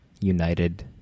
United